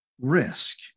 risk